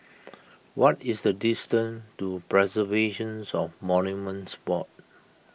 what is the distance to Preservations of Monuments Board